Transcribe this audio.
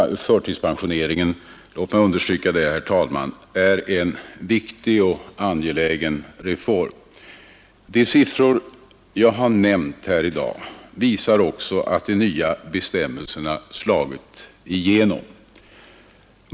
Den vidgade förtidspensioneringen — låt mig understryka det, herr talman — är en viktig och angelägen reform. De siffror jag har nämnt här i dag visar också att de nya bestämmelserna slagit igenom.